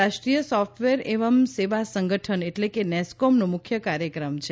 આ રાષ્ટ્રીય સોફટવેર એવં સેવા સંગઠન એટલે કે નેસ્કોમનો મુખ્ય કાર્યક્રમ છે